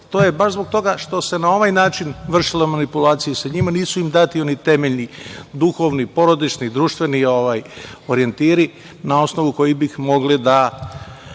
To je baš zbog toga što se na ovaj način vršila manipulacija sa njima, nisu im dati oni temelji, duhovni, porodični, društveni orijentiri na osnovu kojih bi mogli da